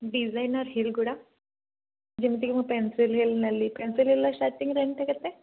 ଡିଜାଇନର heel ଗୁଡ଼ା ଯେମିତିକି ମୁଁ ପେନ୍ସିଲ ହିଲ୍ ନେଲି ପେନ୍ସିଲ ହିଲ୍ ର ସ୍ଟାର୍ଟିଂ ରେଞ୍ଜଟା କେତେ